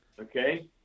Okay